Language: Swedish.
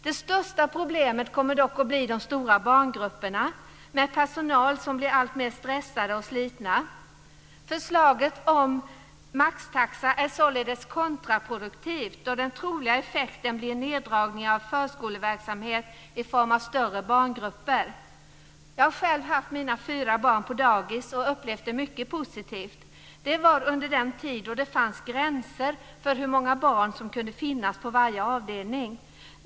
Det största problemet kommer dock att bli de stora barngrupperna, med personal som blir allt mer stressad och sliten. Förslaget om maxtaxa är således kontraproduktivt, då den troliga effekten blir neddragningar av förskoleverksamhet i form av större barngrupper. Jag har själv haft mina fyra barn på dagis och upplevt det mycket positivt. Det var under den tid då det fanns gränser för hur många barn som kunde finnas på varje avdelning.